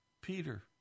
Peter